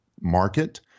market